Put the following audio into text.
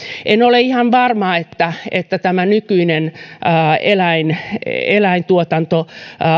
en ole ihan varma että tämä nykyinen eläintuotanto